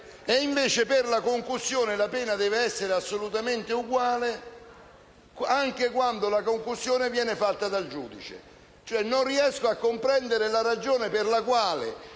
e invece per la concussione la pena deve essere assolutamente uguale, anche quando la concussione viene fatta dal giudice? Non riesco a comprendere la ragione per la quale